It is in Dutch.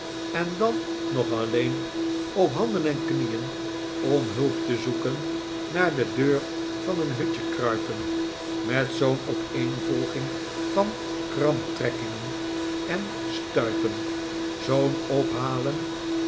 en dan nog alleen op handen en knieen om hulp te zoeken naar de deur van een hutje kruipen met zoo'n opeenvolging van kramptrekkingen en stuipen zoo'n ophalen